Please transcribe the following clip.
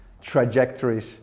trajectories